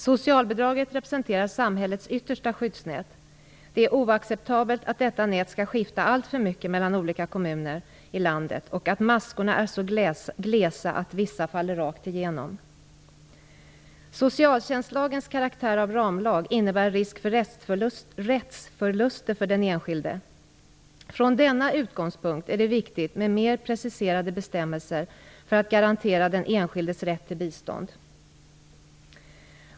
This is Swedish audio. Socialbidraget representerar samhällets yttersta skyddsnät. Det är oacceptabelt att detta nät skall skifta alltför mycket mellan olika kommuner i landet och att maskorna är så glesa att vissa faller rakt igenom. Socialtjänstlagens karaktär av ramlag innebär risk för rättsförluster för den enskilde. Från denna utgångspunkt är det viktigt med mer preciserade bestämmelser för att den enskildes rätt till bistånd skall garanteras.